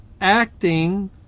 acting